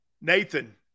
Nathan